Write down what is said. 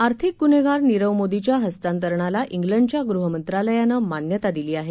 आर्थिक गुन्हेगार नीरव मोदीच्या हस्तांतरणाला िनंडच्या गुहमंत्रालयाने मान्यता दिली आहे